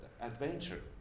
adventure